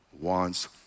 wants